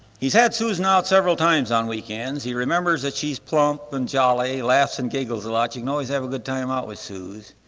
he's had susan out several times on weekends, he remembers that she's plump and jolly, laughs and giggles a lot. you can always have a good time out with suze.